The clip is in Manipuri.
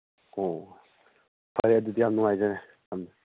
ꯑꯣ ꯐꯔꯦ ꯑꯗꯨꯗꯤ ꯌꯥꯝ ꯅꯨꯡꯉꯥꯏꯖꯔꯦ ꯊꯝꯃꯦ